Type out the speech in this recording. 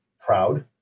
proud